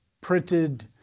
printed